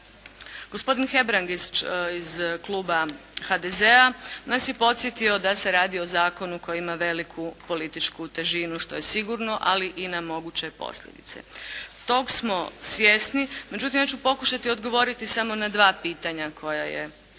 Gospodin Hebrang iz kluba HDZ-a nas je podsjetio da se radi o zakonu koji ima veliku političku težinu što je sigurno ali i na moguće posljedice. Tog smo svjesni, međutim ja ću pokušati odgovoriti samo na dva pitanja koja je